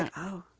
and oh,